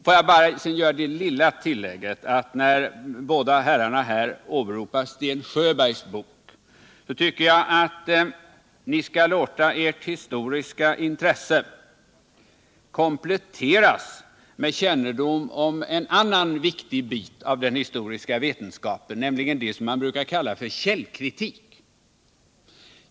Får jag sedan bara göra det lilla tillägget, med anledning av att båda herrarna åberopar Sten Sjöbergs bok, att jag tycker att ni skall låta ert historiska intresse kompletteras med kännedom om en viktig bit av den historiska vetenskapen, nämligen det som man brukar kalla för källkritik.